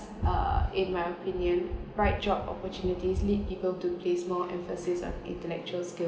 uh in my opinion bright job opportunities lead people to place more emphasis on intellectual scale